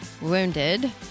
wounded